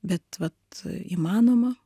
bet vat įmanoma